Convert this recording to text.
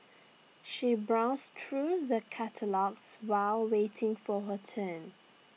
she browsed through the catalogues while waiting for her turn